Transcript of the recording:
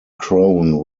crone